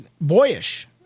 boyish